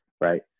right